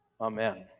Amen